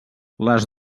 les